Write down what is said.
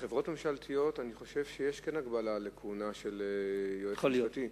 שבחברות ממשלתיות יש הגבלה על כהונה של יועץ משפטי.